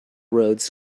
roads